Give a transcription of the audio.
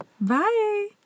Bye